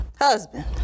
Husband